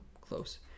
close